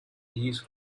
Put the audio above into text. these